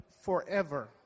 forever